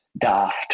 daft